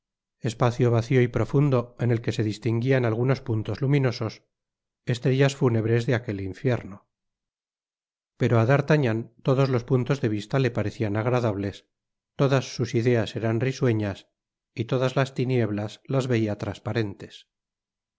espacio vacío y profundo en el que se distinguían algunos puntos luminosos estrellas fúnebres de aquel infierno pero á d'artagnan todos los puntos de vista le parecían agradables todas sus ideas eran risueñas y todas las tinieblas las veía trasparentes